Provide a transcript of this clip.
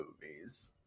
movies